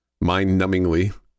mind-numbingly